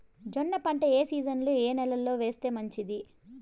జొన్న పంట ఏ సీజన్లో, ఏ నెల లో వేస్తే మంచిది?